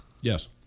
Yes